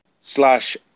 slash